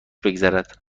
بگذرد